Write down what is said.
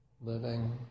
Living